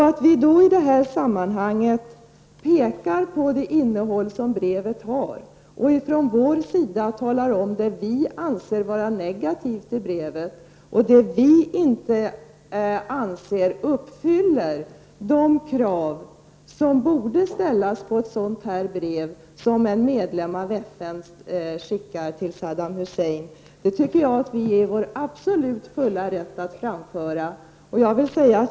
Att vi nu diskuterar brevets innehåll och talar om vad vi anser är negativt i brevet samt redovisar det i brevet som inte uppfyller de krav som bör ställas på ett brev som en medlem i FN skickar till Saddam Hussein, tycker jag att vi har full rätt till.